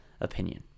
opinion